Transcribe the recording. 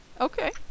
Okay